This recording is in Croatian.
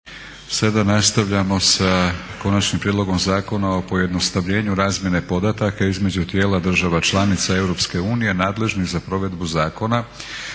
Sada nastavljamo sa: - Konačni prijedlog Zakona o pojednostavljenju razmjene podataka između tijela država članica EU i nadležnih za provedbu zakona,